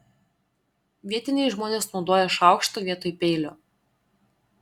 vietiniai žmonės naudoja šaukštą vietoj peilio